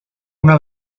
una